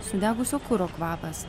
sudegusio kuro kvapas